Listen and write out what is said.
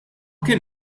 kien